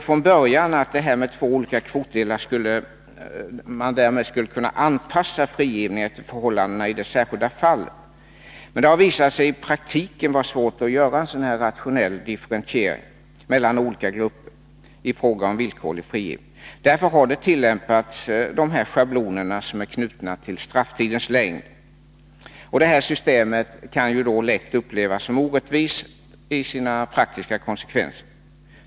Från början ansåg man att med två olika kvotdelar skulle frigivningen kunna anpassas efter förhållandena i det särskilda fallet. Men det har i praktiken visat sig vara svårt att göra en rationell differentiering mellan olika grupper i fråga om villkorlig frigivning. Därför har man tillämpat dessa schabloner som är knutna till strafftidens längd. Systemet kan lätt upplevas som orättvist i sina praktiska konsekvenser.